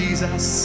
Jesus